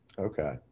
Okay